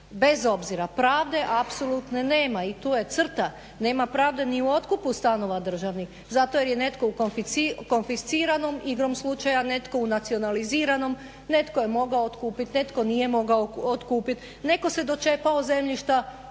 bez obzira pravde apsolutne nema i tu je crta. Nema pravde ni u otkupu stanova državnih zato jer je netko u konfisciranom igrom slučaja netko u nacionaliziranom netko je mogao otkupiti netko nije mogao otkupiti neko se dočepao zemljišta